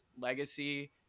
legacy